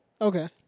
Okay